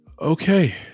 Okay